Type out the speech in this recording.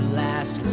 last